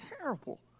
terrible